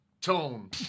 tone